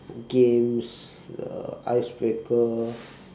games the ice breaker